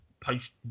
post